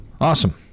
Awesome